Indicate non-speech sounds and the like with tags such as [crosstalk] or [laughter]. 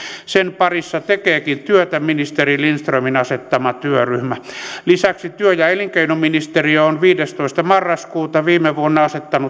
sen parissa tekeekin työtä ministeri lindströmin asettama työryhmä lisäksi työ ja elinkeinoministeriö on viidestoista marraskuuta viime vuonna asettanut [unintelligible]